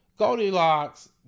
Goldilocks